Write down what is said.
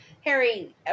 Harry